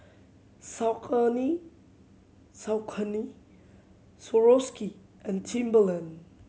Saucony Swarovski and Timberland